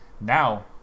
Now